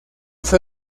fue